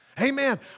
Amen